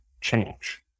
change